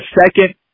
second